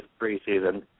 preseason